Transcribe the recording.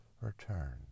return